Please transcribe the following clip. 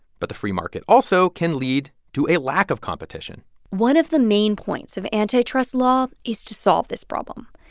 but the free market also can lead to a lack of competition one of the main points of antitrust law is to solve this problem,